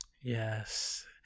yes